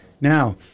Now